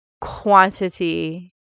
quantity